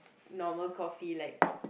normal coffee like